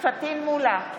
פטין מולא,